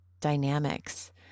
dynamics